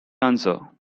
answer